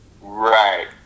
Right